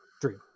dream